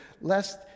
lest